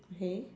okay